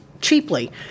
cheaply